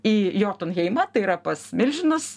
į jotunheimą tai yra pats milžinas